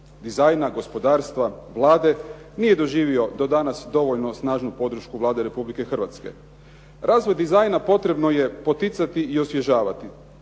dizajna, gospodarstva, Vlade, nije doživio do danas dovoljno snažnu podršku Vlade Republike Hrvatske. Razvoj dizajna potrebno je poticati i osvježavati,